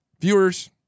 Viewers